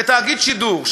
ותאגיד שידור,